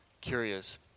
curious